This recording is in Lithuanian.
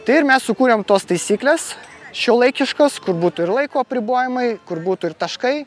tai ir mes sukūrėm tos taisyklės šiuolaikiškas kur būtų ir laiko apribojimai būtų ir taškai